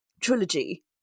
trilogy